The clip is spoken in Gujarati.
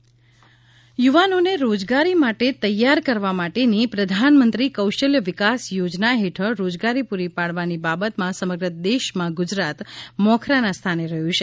પ્રધાનમંત્રી કૌશલ્ય વિકાસ યુવાનોને રોજગારી માટે તૈયાર કરવા માટેની પ્રધાનમંત્રી કૌશલ્ય વિકાસ યોજના હેઠળ રોજગારી પુરી પાડવાની બાબતમાં સમગ્ર દેશમાં ગુજરાત મોખરાના સ્થાને રહયું છે